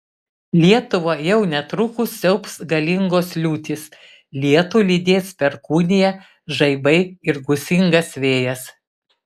lietuvą jau netrukus siaubs galingos liūtys lietų lydės perkūnija žaibai ir gūsingas vėjas